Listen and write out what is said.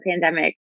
pandemic